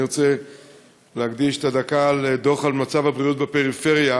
אני רוצה להקדיש את הדקה לדוח על מצב הבריאות בפריפריה,